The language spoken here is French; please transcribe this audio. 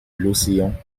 l’océan